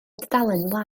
dudalen